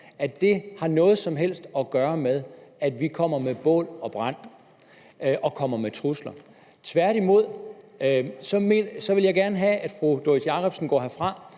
har noget som helst at gøre med, at vi kommer med bål og brand og kommer med trusler. Tværtimod vil jeg gerne have, at fru Doris Jakobsen går herfra